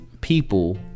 people